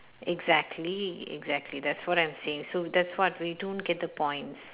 exactly exactly that's what I'm saying so that's what we don't get the points